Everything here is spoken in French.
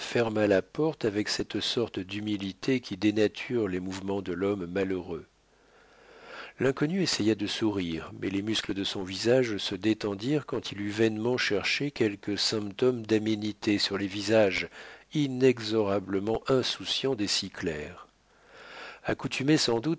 ferma la porte avec cette sorte d'humilité qui dénature les mouvements de l'homme malheureux l'inconnu essaya de sourire mais les muscles de son visage se détendirent quand il eut vainement cherché quelques symptômes d'aménité sur les visages inexorablement insouciants des six clercs accoutumé sans doute